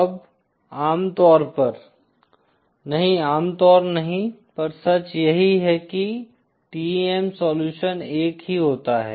अब आमतौर पर नहीं आम तौर नहीं पर सच यही है कि TEM सोल्युशन एक ही होता है